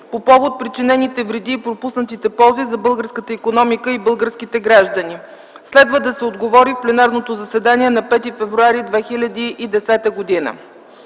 по повод причинените вреди и пропуснатите ползи за българската икономика и българските граждани. Следва да се отговори в пленарното заседание на 5 февруари 2010 г.;